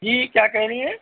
जी क्या कह रही हैं